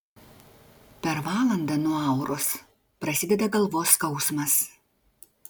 per valandą nuo auros prasideda galvos skausmas